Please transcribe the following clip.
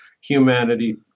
humanity